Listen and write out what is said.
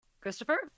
Christopher